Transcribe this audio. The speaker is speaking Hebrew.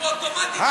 אוטומטית אתה